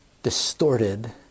distorted